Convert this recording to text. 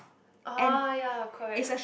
oh ya correct